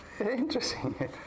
interesting